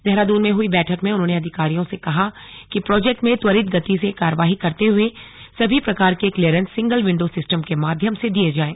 देहरादून में हुई बैठक में उन्होंने अधिकारियों से कहा कि प्रोजेक्ट में त्वरित गति से कार्यवाही करते हुए सभी प्रकार के क्लियरेंस सिंगल विंडो सिस्टम के माध्यम से दिए जाएं